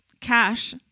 cash